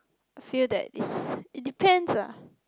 feel that is it depends lah